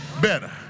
better